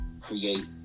create